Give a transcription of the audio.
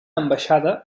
ambaixada